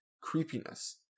creepiness